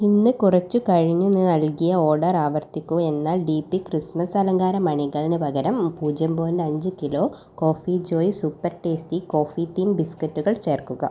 ഇന്ന് കുറച്ചു കഴിഞ്ഞു നൽകിയ ഓർഡർ ആവർത്തിക്കുക എന്നാൽ ഡി പി ക്രിസ്മസ് അലങ്കാര മണികളിന് പകരം പൂജ്യം പോയിൻറ്റ് അഞ്ച് kilo coffee joy super tasty coffee thin ബിസ്കറ്റുകൾ ചേർക്കുക